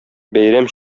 бәйрәм